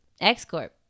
X-Corp